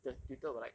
the tutor will like